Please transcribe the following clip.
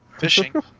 Fishing